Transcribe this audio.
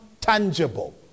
tangible